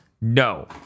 no